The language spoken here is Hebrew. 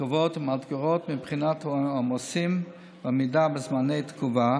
מורכבות ומאתגרות מבחינת העומסים ועמידה בזמני תגובה,